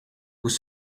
vous